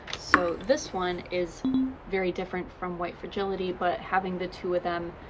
so this one is very different from white fragility, but having the two of them,